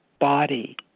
body